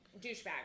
douchebag